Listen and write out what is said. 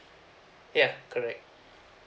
yeuh correct